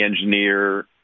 engineer